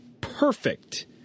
perfect